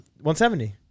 170